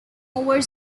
over